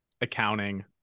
accounting